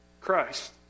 Christ